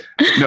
No